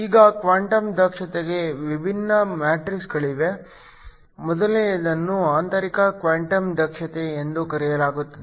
ಈಗ ಕ್ವಾಂಟಮ್ ದಕ್ಷತೆಗೆ ವಿಭಿನ್ನ ಮ್ಯಾಟ್ರಿಕ್ಸ್ಗಳಿವೆ ಮೊದಲನೆಯದನ್ನು ಆಂತರಿಕ ಕ್ವಾಂಟಮ್ ದಕ್ಷತೆ ಎಂದು ಕರೆಯಲಾಗುತ್ತದೆ